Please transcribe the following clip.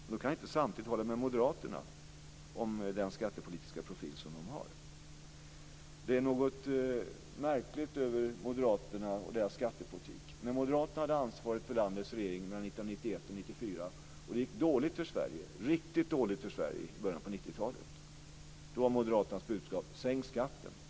Men då kan han inte samtidigt hålla med moderaterna om den skattepolitiska profil som de har. Det är något märkligt över moderaterna och deras skattepolitik. När moderaterna hade ansvaret för landets regering mellan 1991 och 1994 och det gick dåligt för Sverige, det gick riktigt dåligt för Sverige i början av 90-talet, var moderaternas budskap: Sänk skatten!